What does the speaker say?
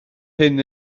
hyn